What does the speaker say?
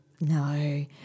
no